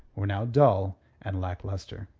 were now dull and lacklustre.